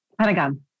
Pentagon